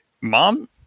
Mom